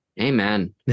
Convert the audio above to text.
Amen